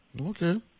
Okay